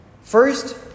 First